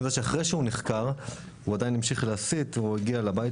אני יודע שאחרי שהוא נחקר הוא עדיין המשיך להסית והוא הגיע לבית